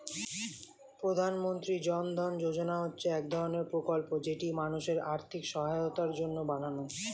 প্রধানমন্ত্রী জন ধন যোজনা হচ্ছে এক ধরণের প্রকল্প যেটি মানুষের আর্থিক সহায়তার জন্য বানানো